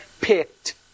picked